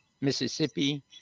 Mississippi